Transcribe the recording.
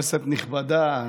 כנסת נכבדה,